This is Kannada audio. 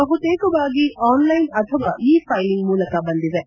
ಬಹುತೇಕವಾಗಿ ಆನ್ಲೈನ್ ಅಥವಾ ಇ ಪೈಲಿಂಗ್ ಮೂಲಕ ಬಂದಿವೆ